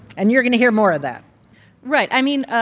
and you're going to hear more of that right. i mean,